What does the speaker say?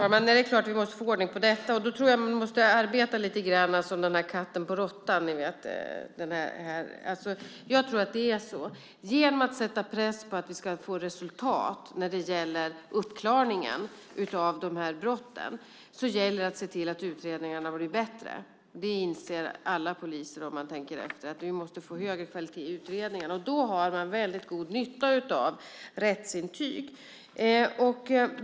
Herr talman! Det är klart att vi måste få ordning på detta. Då tror jag att man måste arbeta som i ramsan om katten på råttan och så vidare. Genom att sätta press på att vi ska få resultat när det gäller uppklaringen av de här brotten gäller det att se till att utredningarna blir bättre. Det inser alla poliser om de tänker efter: Vi måste få högre kvalitet i utredningarna. Och då har man väldigt god nytta av rättsintyg.